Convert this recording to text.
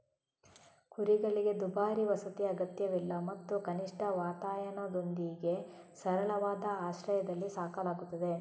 ಕುರಿಗಳಿಗೆ ದುಬಾರಿ ವಸತಿ ಅಗತ್ಯವಿಲ್ಲ ಮತ್ತು ಕನಿಷ್ಠ ವಾತಾಯನದೊಂದಿಗೆ ಸರಳವಾದ ಆಶ್ರಯದಲ್ಲಿ ಸಾಕಲಾಗುತ್ತದೆ